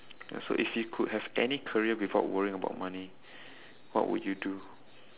ya so if you could have any career without worrying about money what would you do